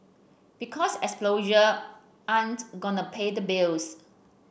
because 'exposure' ain't gonna pay the bills